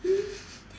um